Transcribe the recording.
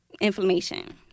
inflammation